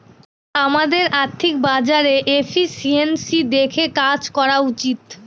আমাদের আর্থিক বাজারে এফিসিয়েন্সি দেখে কাজ করা উচিত